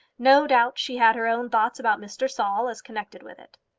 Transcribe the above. no doubt she had her own thoughts about mr. saul as connected with it.